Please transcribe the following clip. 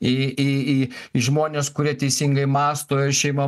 į į į žmones kurie teisingai mąsto ir šeima